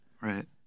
Right